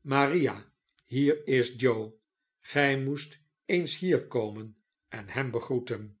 maria hier is joe gij moest eens hier komen en hem begroeten